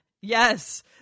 yes